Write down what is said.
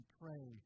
pray